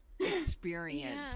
experience